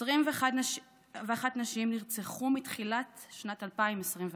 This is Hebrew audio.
21 נשים נרצחו מתחילת שנת 2021,